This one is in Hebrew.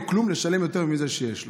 לו כלום לשלם יותר מאשר לזה שיש לו.